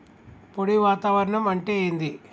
పొడి వాతావరణం అంటే ఏంది?